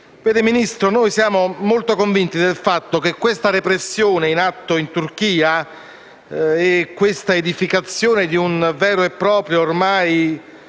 Signor Ministro, noi siamo molto convinti del fatto che la repressione in atto in Turchia e la edificazione di un vero e proprio sostanziale